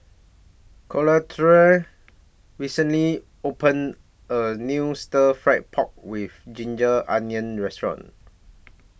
Collette recently opened A New Stir Fry Pork with Ginger Onions Restaurant